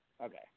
Okay